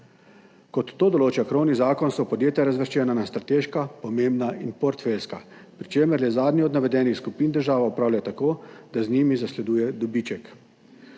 Kot to določa krovni zakon, so podjetja razvrščena na strateška, pomembna in portfeljska, pri čemer z zadnjo od navedenih skupin država upravlja tako, da z njimi zasleduje dobiček.